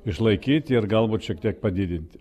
išlaikyti ir galbūt šiek tiek padidinti